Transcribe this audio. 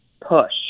push